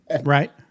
Right